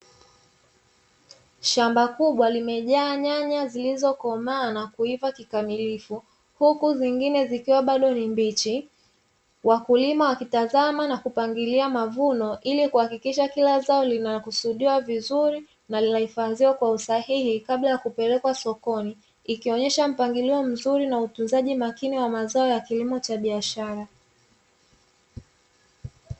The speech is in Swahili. Shamba kubwa limejaa nyanya zilizokomaa na kuiva kikamilifu huku zingine zikiwa bado ni mbichi, wakulima wanatazama kuvuna mazao kuhakikisha kila zao linakusudiwa vizuri na linahifadhiwa kwa usahihi kabla ya kupelekwa sokoni ikionuesha mpangilio mzuri na utunzaji mzuri wa mazao ya kilimo cha biashara.